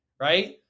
right